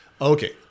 Okay